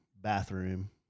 bathroom